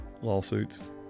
Lawsuits